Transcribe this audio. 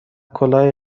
کلاه